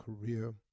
career